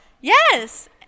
Yes